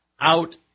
out